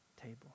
table